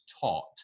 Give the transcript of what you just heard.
taught